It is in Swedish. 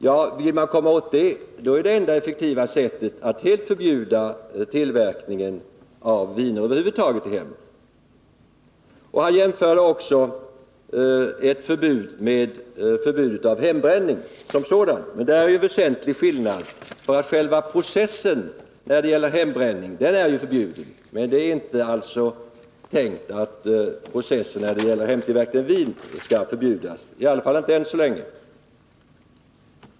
Ja, vill man åt det, är det enda effektiva sättet att helt förbjuda tillverkning av vin över huvud taget i hemmen. Han jämförde också ett förbud med förbudet mot hembränning som sådant. Men där råder en väsentlig skillnad, ty själva processen när det gäller hembränning är förbjuden, medan det inte är tänkt att processen när det gäller hemtillverkning av vin skall förbjudas, i varje fall än så länge.